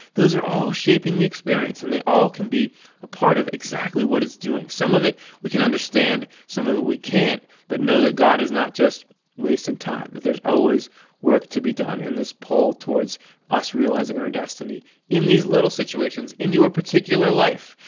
those are all shaping the experience, and they all can be a part of exactly what it's doing. some of it we can understand, some of it we can't, but know that god is not just wasting time. that there's always work to be done and this pull towards us realizing our destiny in these little situations. in your particular life,